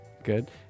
good